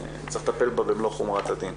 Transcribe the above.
במלוא חומרת הדין.